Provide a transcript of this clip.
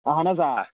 اَہَن حظ آ